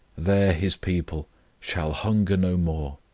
there his people shall hunger no more,